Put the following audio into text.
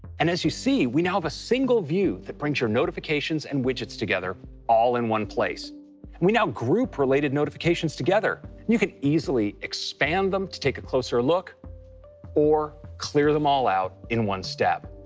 and as you see, we now have a single view that brings your notifications and widgets together all in one place. and we now group related notifications together. you can easily expand them to take a closer look or clear them all out in one step.